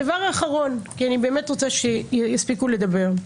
דבר אחרון, כי אני באמת רוצה שיספיקו לדבר.